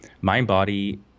Mind-body